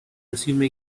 resume